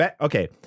Okay